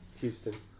Houston